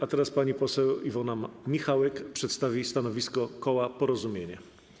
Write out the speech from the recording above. A teraz pani poseł Iwona Michałek przedstawi stanowisko koła Porozumienie.